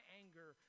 anger